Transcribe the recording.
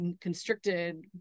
constricted